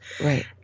Right